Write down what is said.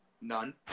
None